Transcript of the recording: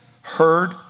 heard